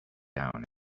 down